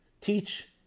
teach